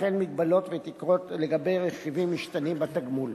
וכן מגבלות ותקרות לגבי רכיבים משתנים בתגמול.